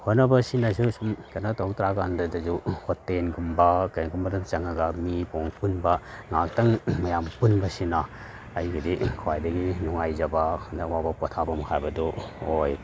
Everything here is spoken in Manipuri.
ꯍꯣꯠꯅꯕꯁꯤꯅꯁꯨ ꯁꯨꯝ ꯀꯩꯅꯣ ꯇꯧꯔꯛꯇ꯭ꯔ ꯀꯥꯟꯗꯁꯨ ꯍꯣꯇꯦꯜꯒꯨꯝꯕ ꯀꯩꯅꯣꯒꯨꯝꯕꯗ ꯆꯪꯉꯒ ꯃꯤ ꯄꯣꯡ ꯄꯨꯟꯕ ꯉꯥꯛꯇꯪ ꯃꯌꯥꯝ ꯄꯨꯟꯕꯁꯤꯅ ꯑꯩꯒꯤꯗꯤ ꯈ꯭ꯋꯥꯏꯗꯒꯤ ꯅꯨꯡꯉꯥꯏꯖꯕ ꯑꯋꯥꯕ ꯄꯣꯊꯥꯕꯝ ꯍꯥꯏꯕꯗꯣ ꯑꯣꯏ